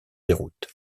déroute